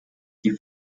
die